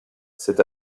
cet